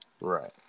Right